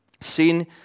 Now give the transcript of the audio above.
Sin